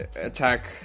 attack